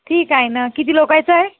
ठीक आहे न किती लोकाइच आहे